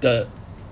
the